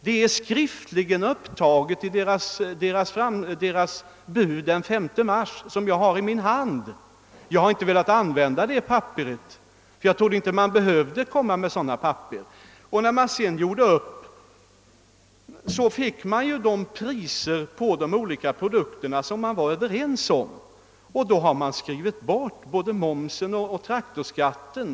Detta är skriftligen upptaget i jordbrukarnas bud av den 5 mars, som jag har i min hand. Jag har inte velat åberopa det papperet tidigare, ty jag trodde inte att det var nödvändigt. När man sedan gjorde upp fick man ju de priser på de olika produkterna som man kunde enas om, och man hade fört bort både momsen och traktorskatten.